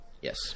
Yes